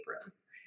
rooms